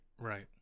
right